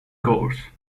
course